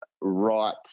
right